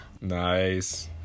Nice